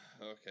Okay